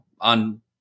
on